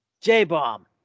J-Bomb